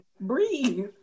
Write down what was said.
Breathe